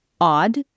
odd